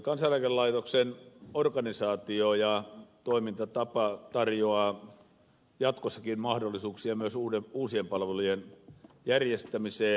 kansaneläkelaitoksen organisaatio ja toimintatavat tarjoavat jatkossakin mahdollisuuksia myös uusien palvelujen järjestämiseen